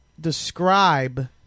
describe